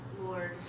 Lord